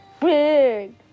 big